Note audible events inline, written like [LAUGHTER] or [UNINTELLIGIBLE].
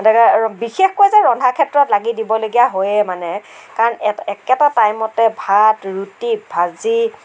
[UNINTELLIGIBLE] বিশেষকৈ যে ৰন্ধা ক্ষেত্ৰত লাগি দিবলগীয়া হয়েই মানে কাৰণ একেটা টাইমতে ভাত ৰুটি ভাজি